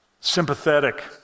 sympathetic